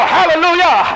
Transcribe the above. Hallelujah